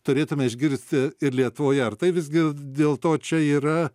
turėtume išgirsti ir lietuvoje ar tai visgi dėlto čia yra